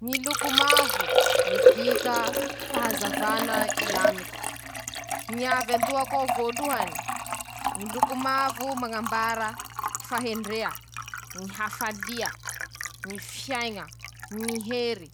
Aminy ñy sakafo mamy noho ñy sakafo matsiro :-ñy sakafo matsiro ñ'ahy ñy teako, ñ'antony :laha zaho ro mijabo sakafo matsiro manahaky vary amim-pia na vary amin-kena,